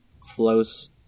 close